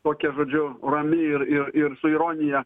tokia žodžiu rami ir ir ir su ironija